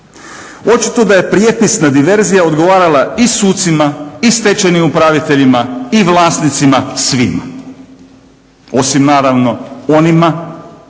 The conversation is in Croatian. Očito da je prijepisna diverzija odgovarala i sucima i stečajnim upraviteljima i vlasnicima, svima osim naravno onima